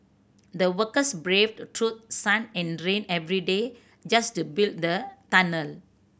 the workers braved through sun and rain every day just to build the tunnel